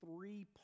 three